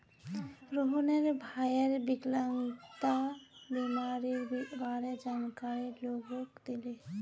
रोहनेर भईर विकलांगता बीमारीर बारे जानकारी लोगक दीले